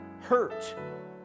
hurt